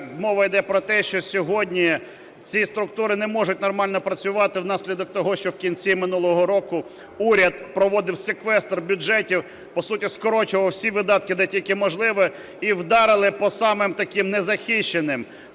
мова йде про те, що сьогодні ці структури не можуть нормально працювати внаслідок того, що в кінці минулого року уряд проводив секвестр бюджетів, по суті, скорочував всі видатки, де тільки можливо, і вдарили по самим таким незахищеним,